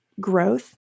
growth